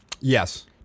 Yes